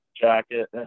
jacket